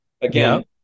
Again